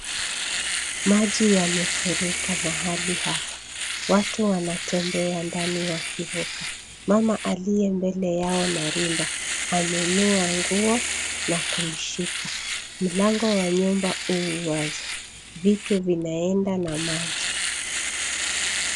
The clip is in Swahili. Maji yamefurika mahali hapa. Watu wanatembea ndani wakivuka. Mama aliye mbele yao na rinda amenua nguo na kuishika. Mlango wa nyumba huu wazi. Vitu vinaenda na maji.